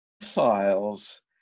missiles